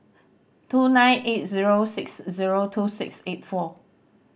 two nine eight zero six zero two six eight four